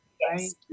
Yes